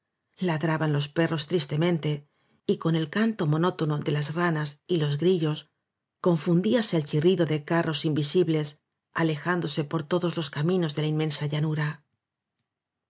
ladraban los perros tristemente y con el canto monótono de las ranas y los grillos confundíase el chirrido de carros invi sibles alejándose por todos los caminos de la inmensa llanura